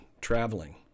traveling